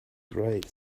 great